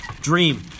Dream